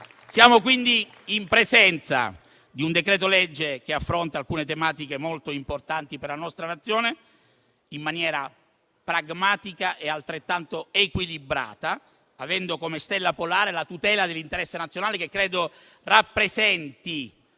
Siamo quindi in presenza di un decreto-legge che affronta alcune tematiche molto importanti per la nostra Nazione, in maniera pragmatica e altrettanto equilibrata, avendo come stella polare la tutela dell'interesse nazionale che credo rappresenti